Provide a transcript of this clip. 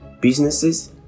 businesses